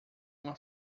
uma